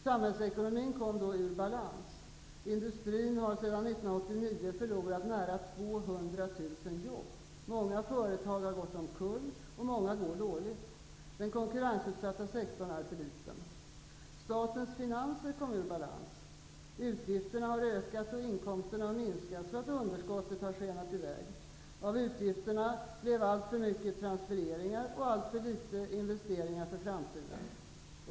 Samhällsekonomin kom då ur balans. Industrin har sedan 1989 förlorat nära 200 000 jobb. Många företag har gått omkull och många går dåligt. Den konkurrensutsatta sektorn är för liten. Statens finanser kom ur balans. Utgifterna har ökat och inkomsterna minskat, så att underskottet har skenat i väg. Av utgifterna är alltför mycket transfereringar och alltför litet investeringar för framtiden.